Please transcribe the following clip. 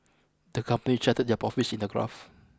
the company charted their profits in a graph